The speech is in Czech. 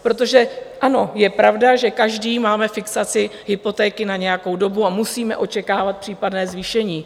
Protože ano, je pravda, že každý máme fixaci hypotéky na nějakou dobu, a musíme očekávat případné zvýšení.